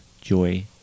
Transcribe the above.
joy